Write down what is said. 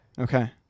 Okay